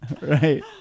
right